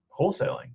wholesaling